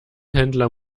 händler